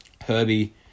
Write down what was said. Herbie